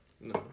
No